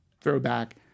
throwback